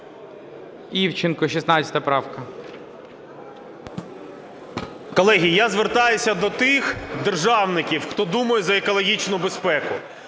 Колеги, я звертаюся до тих державників, хто думає за екологічну безпеку.